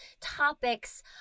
topics